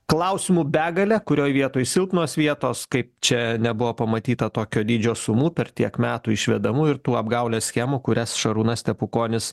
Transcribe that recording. klausimų begalė kurioj vietoj silpnos vietos kaip čia nebuvo pamatyta tokio dydžio sumų per tiek metų išvedamų ir tuo apgaulės schemų kurias šarūnas stepukonis